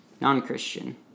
non-Christian